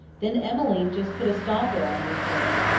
then emmeline just put a stopper on the affair.